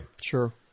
sure